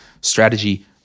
strategy